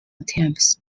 attempts